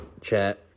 chat